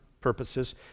purposes